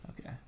Okay